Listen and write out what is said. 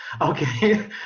Okay